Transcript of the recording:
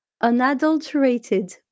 unadulterated